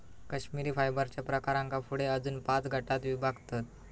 कश्मिरी फायबरच्या प्रकारांका पुढे अजून पाच गटांत विभागतत